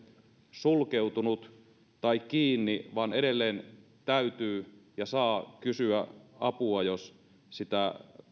sulkeutunut tai kiinni vaan edelleen täytyy ja saa kysyä apua jos sitä